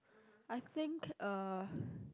I think uh